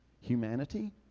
Humanity